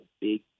big